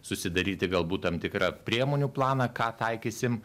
susidaryti galbūt tam tikrą priemonių planą ką taikysim